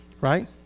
right